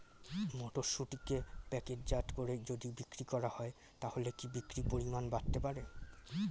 মটরশুটিকে প্যাকেটজাত করে যদি বিক্রি করা হয় তাহলে কি বিক্রি পরিমাণ বাড়তে পারে?